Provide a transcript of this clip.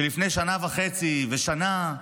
שלפני שנה וחצי ושנה,